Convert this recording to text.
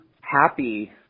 happy